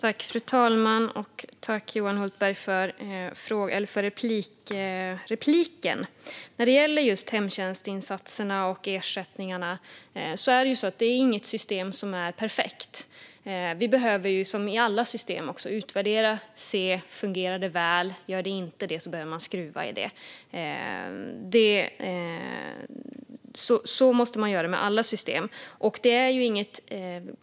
Fru talman! Jag tackar Johan Hultberg för inlägget. När det gäller just hemtjänstinsatserna och ersättningarna är det ju så att inget system är perfekt. Vi behöver, som i alla system, utvärdera och se om det fungerar väl. Gör det inte det behöver vi skruva i det. Så måste man göra med alla system.